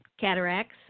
cataracts